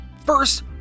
First